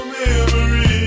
memories